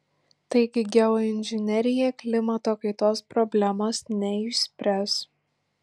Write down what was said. taigi geoinžinerija klimato kaitos problemos neišspręs